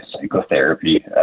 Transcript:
psychotherapy